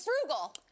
frugal